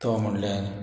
तो म्हुणल्यार